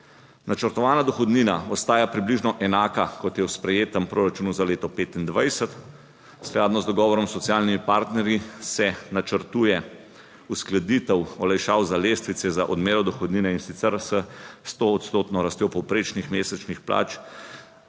Načrtovana dohodnina ostaja približno enaka, kot je v sprejetem proračunu za leto 2025. Skladno z dogovorom s socialnimi partnerji se načrtuje uskladitev olajšav za lestvice za odmero dohodnine in sicer s sto odstotno rastjo povprečnih mesečnih plač